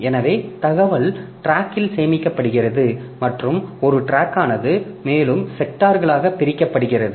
எனவே தகவல் டிராக்கில் சேமிக்கப்படுகிறது மற்றும் ஒரு டிராக்கானது மேலும் செக்டார்களாக பிரிக்கப்படுகிறது